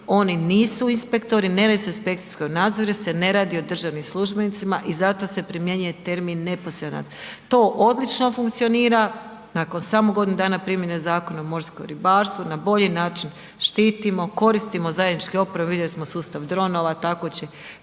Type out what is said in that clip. oni nisu inspektori, ne radi se o inspekcijskom nadzoru jer se ne radi o državnim službenicima i zato se primjenjuje termin neposredan nadzor. To odlično funkcionira, nakon samo godinu dana primjene Zakona o morskom ribarstvu na bolji način štitimo, koristimo zajedničke opreme, vidjeli smo sustav dronova, tako će